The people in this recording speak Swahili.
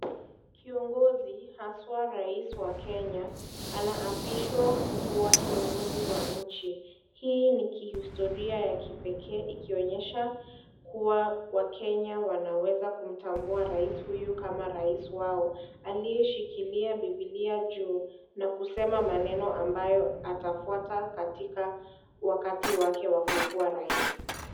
Kiongozi haswa rais wa Kenya anaapishwa kukua kiongozi wa nchi, hii ni kihistoria ya kipekee ikionyesha kuwa wakenya wanaweza kumtambua rais huyu kama rais wao aliyeshikilia Biblia juu na kusema maneno ambayo atafuata katika wakati wake wa kukua rais.